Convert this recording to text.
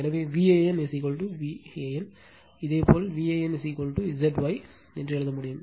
எனவே V AN இந்த V an இது இதேபோல் Van Z Y Z Y ஐ எழுத முடியும்